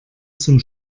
zum